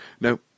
no